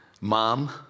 Mom